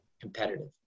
competitive